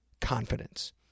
confidence